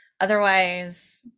otherwise